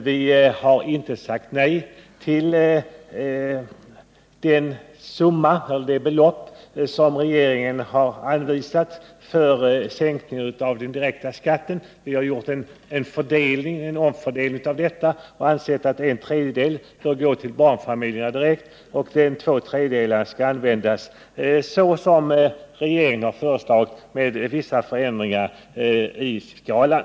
Vi har inte sagt nej till det belopp som regeringen har anvisat för sänkning av den direkta skatten, men vi har gjort en omfördelning av detta och sagt att en tredjedel bör gå direkt till barnfamiljerna och två tredjedelar användas så som regeringen har föreslagit, med vissa förändringar i skalan.